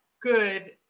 good